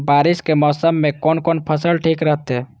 बारिश के मौसम में कोन कोन फसल ठीक रहते?